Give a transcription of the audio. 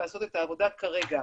לעשות את העבודה כרגע,